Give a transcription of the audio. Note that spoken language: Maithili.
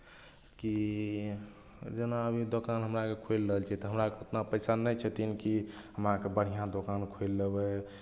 कि जेना अभी दोकान हमरा आरकेँ खोलि रहल छियै तऽ हमरा आरकेँ उतना पैसा नहि छथिन कि हमरा आरकेँ बढ़िआँ दोकान खोलि लेबै